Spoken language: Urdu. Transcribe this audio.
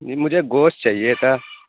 جی مجھے گوشت چاہیے تھا